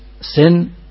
sin